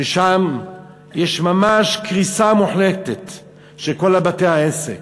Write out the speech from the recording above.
ששם יש ממש קריסה מוחלטת של בתי-העסק.